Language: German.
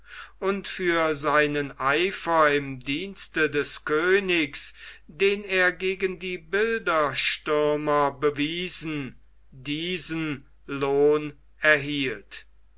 und für seinen eifer im dienste des königs den er gegen die bilderstürmer bewiesen diesen lohn erhielt